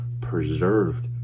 preserved